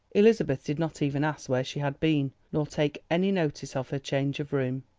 elizabeth did not even ask where she had been, nor take any notice of her change of room.